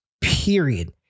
period